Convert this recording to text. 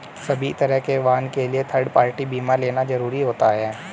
सभी तरह के वाहन के लिए थर्ड पार्टी बीमा लेना जरुरी होता है